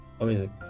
Amazing